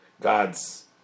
God's